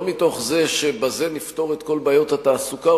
לא מתוך זה שבזה נפתור את כל בעיות התעסוקה,